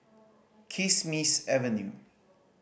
Kismis Avenue